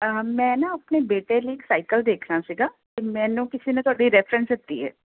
ਮੈਂ ਨਾ ਆਪਣੇ ਬੇਟੇ ਲਈ ਸਾਈਕਲ ਦੇਖਣਾ ਸੀਗਾ ਤੇ ਮੈਨੂੰ ਕਿਸੇ ਨੇ ਤੁਹਾਡੀ ਰੈਫਰੈਂਸ ਦਿੱਤੀ ਹੈ